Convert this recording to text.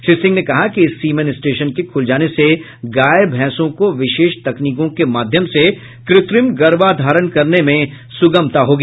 श्री सिंह ने कहा कि इस सीमेन स्टेशन के खुल जाने से गाय भैंसों को विशेष तकनीकों के माध्यम से कृत्रिम गर्भाधारण कराने में सुगमता होगी